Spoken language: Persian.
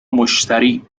مشتری